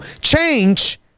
Change